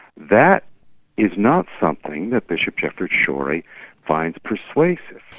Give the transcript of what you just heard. that is not something that bishop jefferts schori finds persuasive.